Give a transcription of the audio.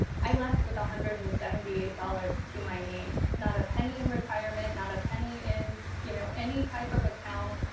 i left with one hundred and seventy eight dollars to my name. not a penny in retirement, not a penny in you know any type of account.